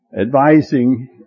advising